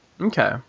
okay